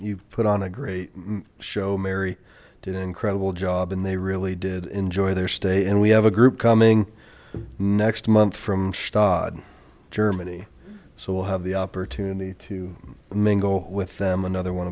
you put on a great show mary did an incredible job and they really did enjoy their state and we have a group coming next month from staad germany so we'll have the opportunity to mingle with them another one